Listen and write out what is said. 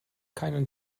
keinen